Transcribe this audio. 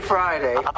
Friday